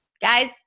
Guys